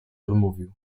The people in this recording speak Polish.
odmówił